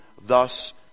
thus